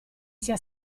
sia